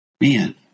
Man